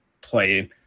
play